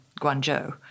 Guangzhou